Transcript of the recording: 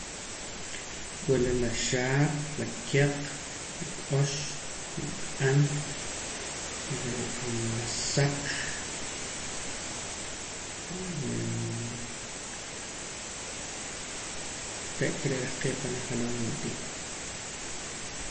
Wula la xaar la kiaq la k'ox la q'an re'e la saq re'ka re' rahqee pan nijaloom ro'ntii